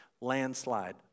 landslide